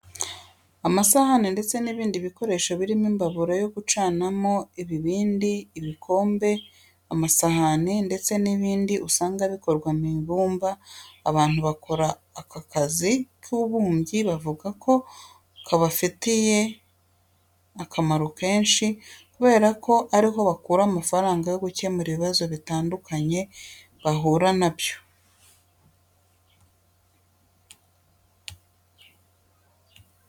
Amasahane ndetse n'ibindi bikoresho birimo imbabura yo gucanamo, ibibindi, ibikombe, amasahani ndetse n'ibindi usanga bikorwa mu ibumba. Abantu bakora aka kazi k'ububumbyi bavuga ko kabafite akamaro kenshi kubera ko ari ho bakura amafaranga yo gukemuza ibibazo bitandukanye bahura na byo.